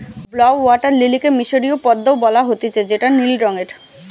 blue water লিলিকে মিশরীয় পদ্ম ও বলা হতিছে যেটা নীল রঙের